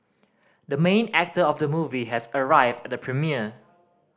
the main actor of the movie has arrived at the premiere